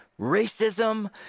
racism